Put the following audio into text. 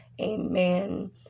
amen